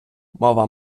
мова